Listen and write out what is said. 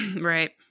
Right